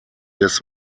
des